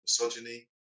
misogyny